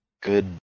good